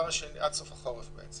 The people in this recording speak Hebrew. עד סוף החורף.